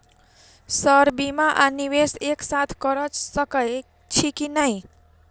Sir बीमा आ निवेश एक साथ करऽ सकै छी की न ई?